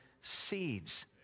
seeds